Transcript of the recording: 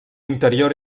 interior